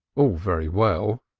all very well,